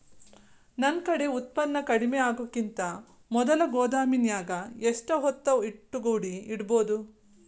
ನನ್ ಕಡೆ ಉತ್ಪನ್ನ ಕಡಿಮಿ ಆಗುಕಿಂತ ಮೊದಲ ಗೋದಾಮಿನ್ಯಾಗ ಎಷ್ಟ ಹೊತ್ತ ಒಟ್ಟುಗೂಡಿ ಇಡ್ಬೋದು?